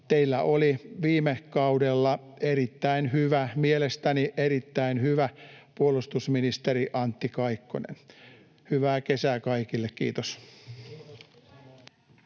teillä oli viime kaudella mielestäni erittäin hyvä puolustusministeri, Antti Kaikkonen. Hyvää kesää kaikille! — Kiitos.